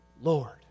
Lord